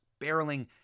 barreling